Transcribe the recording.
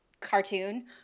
cartoon